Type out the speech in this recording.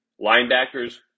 Linebackers